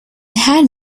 had